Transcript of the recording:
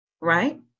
right